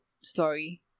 story